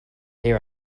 hear